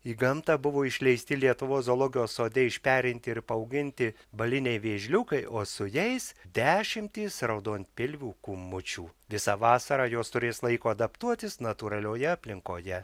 į gamtą buvo išleisti lietuvos zoologijos sode išperinti ir paauginti baliniai vėžliukai o su jais dešimtys raudonpilvių kūmučių visą vasarą jos turės laiko adaptuotis natūralioje aplinkoje